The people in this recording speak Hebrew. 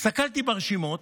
הסתכלתי ברשימות